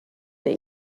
the